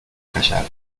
callar